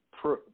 pro